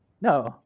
No